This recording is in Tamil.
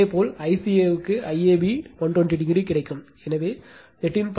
இதேபோல் ஐசிஏவுக்கு ஐஏபி 120o கிடைக்கும் எனவே 13